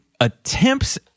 attempts